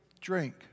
drink